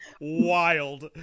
wild